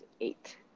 eight